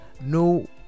no